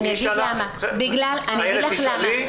אני אגיד לך למה,